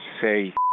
say